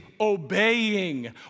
obeying